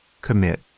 commit